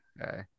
okay